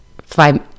five